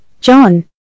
John